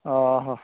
ଓଃ